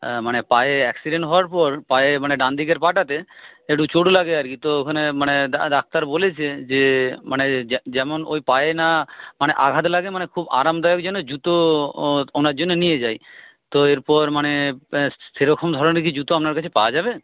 হ্যাঁ মানে পায়ে অ্যাক্সিডেন্ট হওয়ার পর পায়ে মানে ডানদিকের পাটাতে একটু চোট লাগে আর কি তো ওইখানে মানে ডাক্তার বলেছে যে মানে যেমন ওই পায়ে না মানে আঘাত লাগে মানে খুব আরামদায়ক যেন জুতো ওনার জন্য নিয়ে যাই তো এরপর মানে সেরকম ধরনের কি জুতো আপনার কাছে পাওয়া যাবে